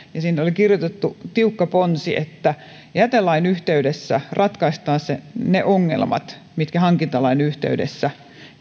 ja sinne oli kirjoitettu tiukka ponsi että jätelain yhteydessä ratkaistaisiin ne ongelmat mitkä hankintalain yhteydessä